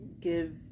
give